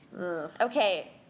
Okay